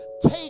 take